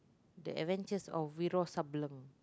the Avengers or Wiro-Sableng